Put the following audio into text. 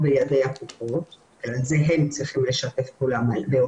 לכלל בתי החולים הפסיכיאטריים שהיו בארץ.